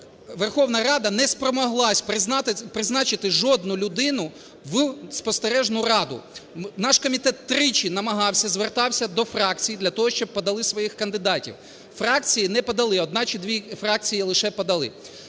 Верховна Рада не спромоглася призначити жодну людину в спостережну раду. Наш комітет тричі намагався, звертався до фракцій для того, щоб подали своїх кандидатів, фракції не подали, одна чи дві фракції лише подали.